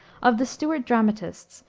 of the stuart dramatists,